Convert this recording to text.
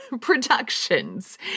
productions